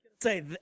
Say